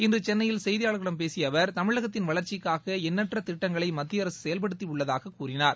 இன்று சென்னையில் செய்தியாாளர்களிடம் பேசிய அவர் தமிழகத்தின் வளர்ச்சிக்காக எண்ணற்ற திட்டங்களை மத்திய அரசு செயல்படுத்தி உள்ளதாக கூறினார்